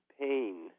pain